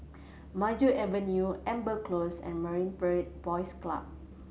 Maju Avenue Amber Close and Marine Parade Boys Club